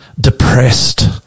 depressed